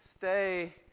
stay